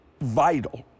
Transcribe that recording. vital